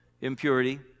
impurity